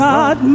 God